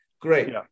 Great